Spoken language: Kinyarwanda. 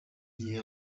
gihe